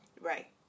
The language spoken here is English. right